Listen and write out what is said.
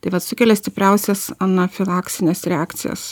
tai vat sukelia stipriausias anafilaksines reakcijas